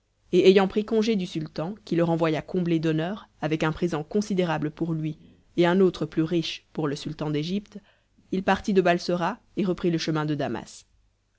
et ayant pris congé du sultan qui le renvoya comblé d'honneurs avec un présent considérable pour lui et un autre plus riche pour le sultan d'égypte il partit de balsora et reprit le chemin de damas